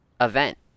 event